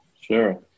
Sure